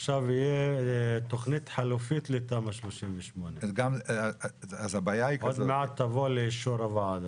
עכשיו תהיה תכנית חלופית לתמ"א 38. עוד מעט תבוא לאישור הוועדה.